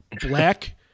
black